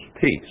peace